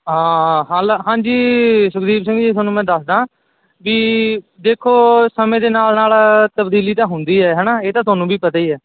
ਹਾਂ ਹਾਲ ਹਾਂਜੀ ਸੁਖਦੀਪ ਸਿੰਘ ਜੀ ਤੁਹਾਨੂੰ ਮੈਂ ਦੱਸਦਾ ਵੀ ਦੇਖੋ ਸਮੇਂ ਦੇ ਨਾਲ ਨਾਲ ਤਬਦੀਲੀ ਤਾਂ ਹੁੰਦੀ ਹੈ ਹੈ ਨਾ ਇਹ ਤਾਂ ਤੁਹਾਨੂੰ ਵੀ ਪਤਾ ਹੀ ਹੈ